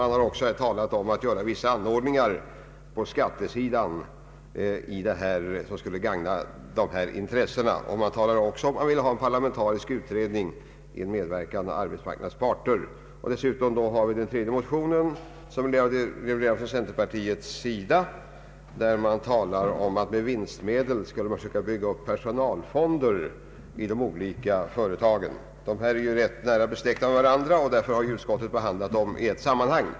Man talar också om att regler bör utformas på skattesidan som skulle vara avsedda att stimulera intressenterna. Dessutom vill motionärerna ha en parlamentarisk utredning under medverkan av arbetsmarknadens parter. I den tredje motionen som har väckts från centerpartihåll föreslås att med vinstmedel skulle byggas upp personalfonder inom de olika företagen. Samtliga dessa motioner är rätt närbesläktade och har därför av utskottet behandlats i ett sammanhang.